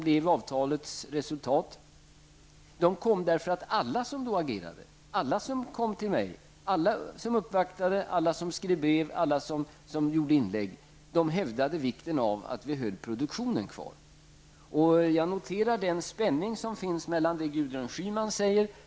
Detta skedde därför att alla de som agerade, alla som uppvaktade mig, skrev brev och gjorde inlägg hävdade vikten av att vi håller produktionen kvar. Jag noterar den spänning som finns mellan Gudrun Schyman och andra deltagare i debatten.